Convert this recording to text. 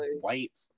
white